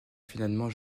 finalement